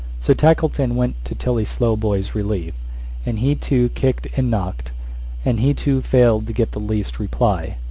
so tackleton went to tilly slowboy's relief and he too kicked and knocked and he too failed to get the least reply.